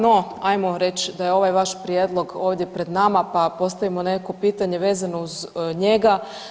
No, hajmo reći da je ovaj vaš prijedlog ovdje pred nama, pa postavimo nekakvo pitanje vezano uz njega.